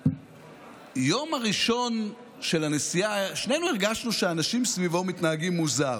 ביום הראשון של הנסיעה שנינו הרגשנו שאנשים סביבו מתנהגים מוזר,